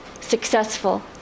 successful